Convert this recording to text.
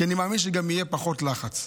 כי אני מאמין שגם יהיה פחות לחץ.